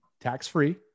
tax-free